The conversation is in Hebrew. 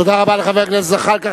תודה רבה לחבר הכנסת זחאלקה.